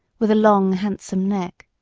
with a long handsome neck.